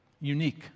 unique